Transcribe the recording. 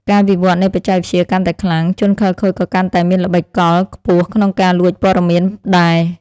ការវិវត្តន៍នៃបច្ចេកវិទ្យាកាន់តែខ្លាំង ជនខិលខូចក៏កាន់តែមានល្បិចកលខ្ពស់ក្នុងការលួចព័ត៌មានដែរ។